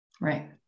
Right